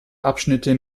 abschnitte